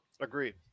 Agreed